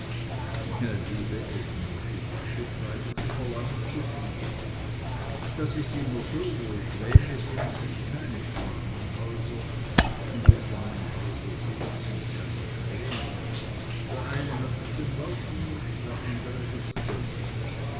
ja liebe elfriede sagte treibel sie verlangen zuviel das ist immer so wo schwäne sind sind keine schwanenhäuser und wo schwanenhäuser sind sind keine schwäne der eine hat den beutel der andre hat das geld